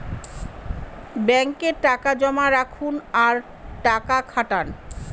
ব্যাঙ্কে টাকা জমা রাখুন আর টাকা খাটান